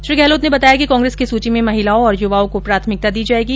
श्री गहलोत ने बताया कि कांग्रेस की सूची में महिलाओं और युवाओं को प्राथमिकता दी जायेगी